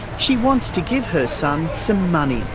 she wants to give her son some money,